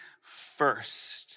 first